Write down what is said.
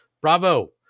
bravo